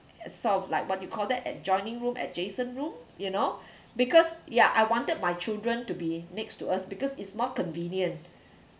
sort of like what you call that adjoining room adjacent room you know because ya I wanted my children to be next to us because it's more convenient